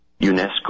UNESCO